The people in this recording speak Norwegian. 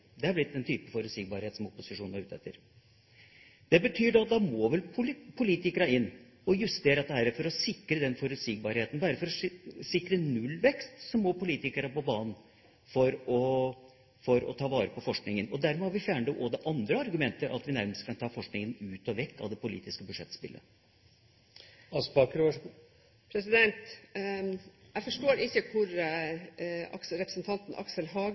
Det hadde blitt den type forutsigbarhet som opposisjonen er ute etter. Det betyr at da må politikerne inn og justere dette for å sikre denne forutsigbarheten. Bare for å sikre nullvekst må politikerne på banen for å ta vare på forskninga. Dermed har vi også fjernet det andre argumentet, at vi nærmest kan ta forskninga ut av og vekk fra det politiske budsjettspillet.